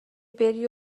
بری